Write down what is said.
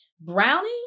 Brownie